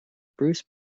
bruce